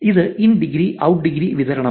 ഇത് in degree out degree വിതരണമാണോ